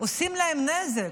עושים להם נזק,